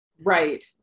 Right